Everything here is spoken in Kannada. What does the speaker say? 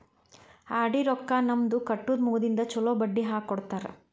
ಆರ್.ಡಿ ರೊಕ್ಕಾ ನಮ್ದ ಕಟ್ಟುದ ಮುಗದಿಂದ ಚೊಲೋ ಬಡ್ಡಿ ಹಾಕ್ಕೊಡ್ತಾರ